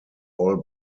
all